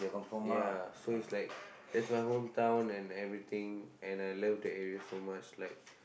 ya so it's like that's my hometown and everything and I love the area so much like